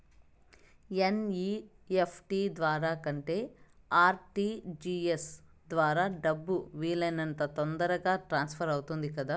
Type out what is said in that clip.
NEFT ద్వారా కంటే RTGS ద్వారా డబ్బు వీలు అయినంత తొందరగా ట్రాన్స్ఫర్ అవుతుంది కదా